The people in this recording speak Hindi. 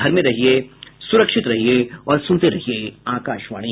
घर में रहिये सुरक्षित रहिये और सुनते रहिये आकाशवाणी